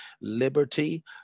liberty